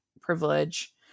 privilege